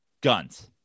Guns